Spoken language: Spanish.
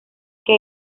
que